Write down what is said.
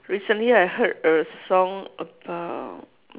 recently I heard a song about